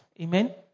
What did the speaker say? Amen